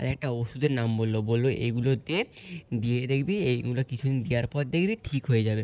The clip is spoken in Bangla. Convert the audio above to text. আর একটা ওষুধের নাম বললো বললো এগুলো দে দিয়ে দেখবি এইগুলো কিছু দিন দেওয়ার পর দেখবি ঠিক হয়ে যাবে